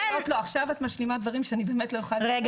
עכשיו את משלימה דברים שאני באמת לא יכולה --- עליהם.